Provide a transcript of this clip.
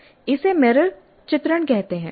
इसे मेरिल चित्रण कहते हैं